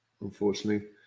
unfortunately